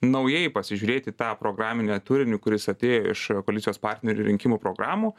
naujai pasižiūrėt į tą programinį turinį kuris atėjo iš koalicijos partnerių rinkimų programų